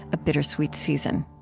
a bittersweet season